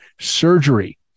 surgery